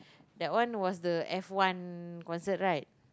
that one was the F-one concert right